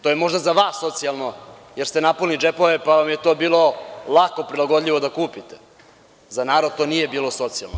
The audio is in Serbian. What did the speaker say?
To je možda za vas socijalno jer ste napunili džepove, pa vam je to bilo lako prilagodljivo da kupite, za narod to nije bilo socijalno.